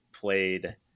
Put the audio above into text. played